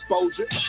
exposure